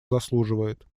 заслуживает